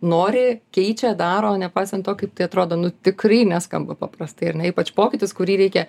nori keičia daro nepaisant to kaip tai atrodo nu tikrai neskamba paprastai ar ne ypač pokytis kurį reikia